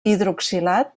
hidroxilat